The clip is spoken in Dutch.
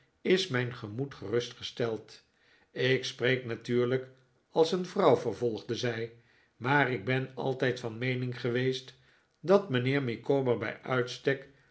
is mijn gemoed gerustgesteld ik spreek natulirlijk als een vrouw vervolgde zij maar ik ben altijd van meening geweest dat mijnheer micawber bij uitstek